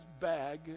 bag